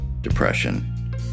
Depression